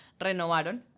renovaron